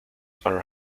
are